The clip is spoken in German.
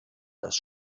das